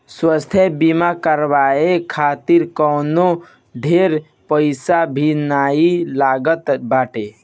स्वास्थ्य बीमा करवाए खातिर कवनो ढेर पईसा भी नाइ लागत बाटे